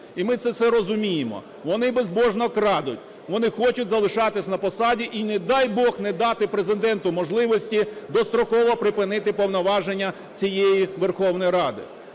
І ми це все розуміємо. Вони безбожно крадуть, вони хочуть залишатись на посаді і, не дай Бог, не дати Президенту можливості достроково припинити повноваження цієї Верховної Ради.